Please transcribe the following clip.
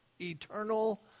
eternal